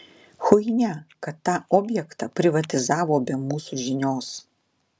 chuinia kad tą objektą privatizavo be mūsų žinios